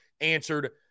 answered